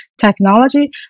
technology